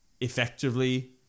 effectively